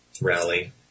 rally